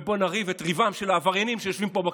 ובואו נריב את ריבם של העבריינים שיושבים פה בכנסת.